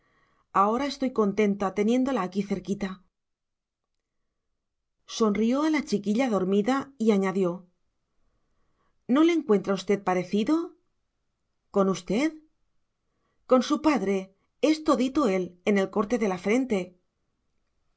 ahora estoy contenta teniéndola aquí cerquita sonrió a la chiquilla dormida y añadió no le encuentra usted parecido con usted con su padre es todito él en el corte de la frente